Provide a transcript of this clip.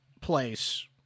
place